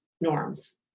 norms